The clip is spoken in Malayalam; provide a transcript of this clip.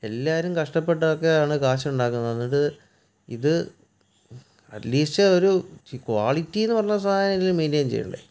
എല്ലാവരും കഷ്ടപ്പെട്ടൊക്കെയാണ് കാശുണ്ടാക്കുന്നത് എന്നിട്ട് ഇത് അറ്റ്ലീസ്റ്റ് ഒരു ക്വാളിറ്റിന്നു പറഞ്ഞ സാധനമെങ്കിലും മെയിന്റയിൻ ചെയ്യണ്ടേ